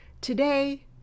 Today